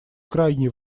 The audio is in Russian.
крайне